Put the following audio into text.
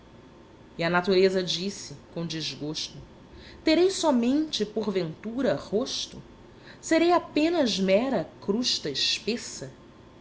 e a natureza disse com desgosto terei somente porventura rosto serei apenas mera crusta espessa